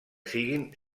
siguin